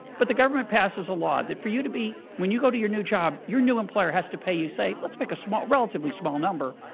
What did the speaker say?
but the government passes a law that for you to be when you go to your new job, your new employer has to pay you, say let's pick a small relatively small number,